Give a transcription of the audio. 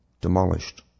demolished